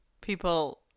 People